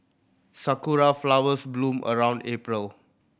sakura flowers bloom around April